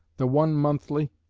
the one monthly,